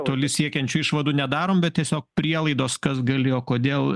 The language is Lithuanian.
toli siekiančių išvadų nedarom bet tiesiog prielaidos kas galėjo kodėl